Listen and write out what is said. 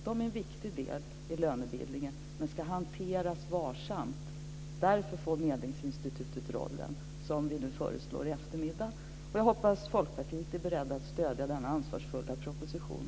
De är en viktig del i lönebildningen, men ska hanteras varsamt. Därför får medlingsinstitutet den roll som vi nu föreslår i eftermiddag. Jag hoppas att också Folkpartiet är berett att stödja denna ansvarsfulla proposition.